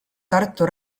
tartu